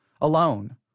alone